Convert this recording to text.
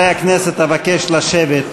חברי הכנסת, אבקש לשבת.